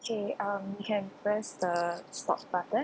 okay um we can press the stop button